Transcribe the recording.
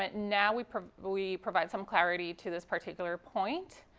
but now we provide we provide some clarity to this particular point.